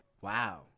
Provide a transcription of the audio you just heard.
Wow